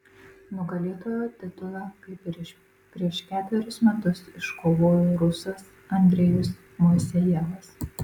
nugalėtojo titulą kaip ir prieš ketverius metus iškovojo rusas andrejus moisejevas